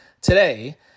today